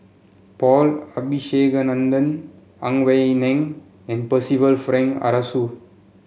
Paul Abisheganaden Ang Wei Neng and Percival Frank Aroozoo